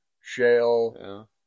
shale